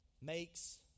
makes